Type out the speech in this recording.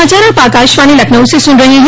यह समाचार आप आकाशवाणी लखनऊ से सुन रहे हैं